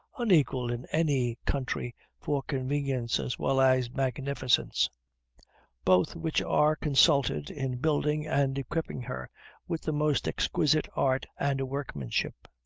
unequaled in any country for convenience as well as magnificence both which are consulted in building and equipping her with the most exquisite art and workmanship.